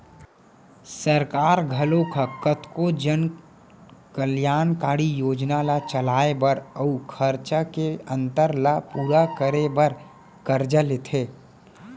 सरकार घलोक ह कतको जन कल्यानकारी योजना ल चलाए बर अउ खरचा के अंतर ल पूरा करे बर करजा लेथे